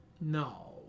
No